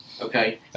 Okay